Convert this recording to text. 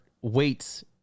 weights